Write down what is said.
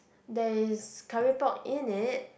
there is curry pok in it